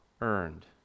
earned